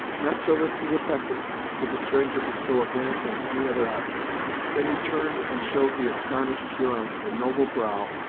not till this was effected did the stranger bestow a glance on any other object then he turned and showed the astonished hurons the noble brow,